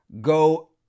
Go